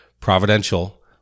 providential